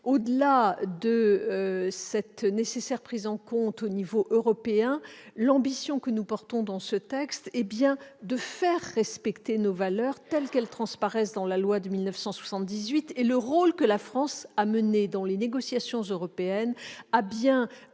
Au-delà de cette nécessaire prise en compte du problème au niveau européen, notre ambition, dans le cadre de ce texte, est bien de faire respecter nos valeurs telles qu'elles transparaissent dans la loi de 1978. Le rôle que la France a mené dans les négociations européennes a bel et